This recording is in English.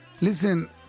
listen